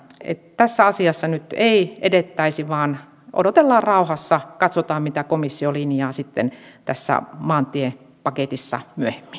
tässä asiassa nyt ei edettäisi vaan odotellaan rauhassa katsotaan mitä komissio linjaa sitten tässä maantiepaketissa